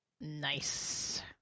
Nice